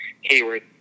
Hayward